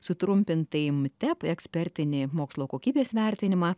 sutrumpintai mtep ekspertinį mokslo kokybės vertinimą